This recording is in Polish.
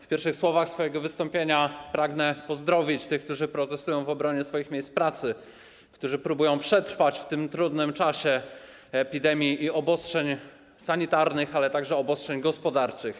W pierwszych słowach swojego wystąpienia pragnę pozdrowić tych, którzy protestują w obronie swoich miejsc pracy, którzy próbują przetrwać w tym trudnym czasie epidemii i obostrzeń sanitarnych, ale także obostrzeń gospodarczych.